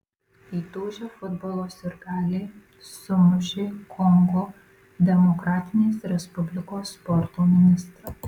įtūžę futbolo sirgaliai sumušė kongo demokratinės respublikos sporto ministrą